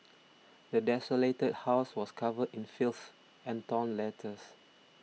the desolated house was covered in filth and torn letters